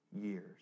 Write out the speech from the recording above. years